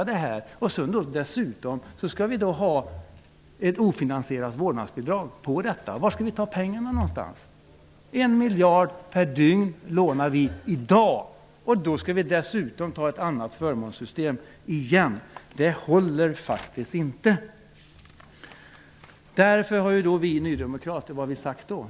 Dessutom skall vi då ha ett ofinansierat vårdnadsbidrag. Var någonstans skall vi ta pengarna? 1 miljard per dygn lånar vi, och dessutom skall vi skapa ytterligare ett förmånssystem! Det håller inte. Vad har vi nydemokrater sagt då?